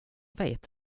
vet